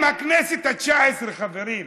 אם הכנסת התשע עשרה, חברים,